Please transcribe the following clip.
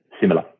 similar